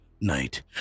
night